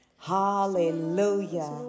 hallelujah